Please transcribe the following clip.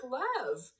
love